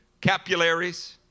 capillaries